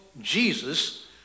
Jesus